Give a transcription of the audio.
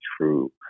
true